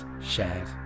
shared